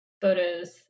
photos